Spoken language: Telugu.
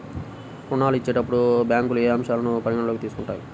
ఋణాలు ఇచ్చేటప్పుడు బ్యాంకులు ఏ అంశాలను పరిగణలోకి తీసుకుంటాయి?